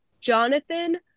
Jonathan